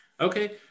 Okay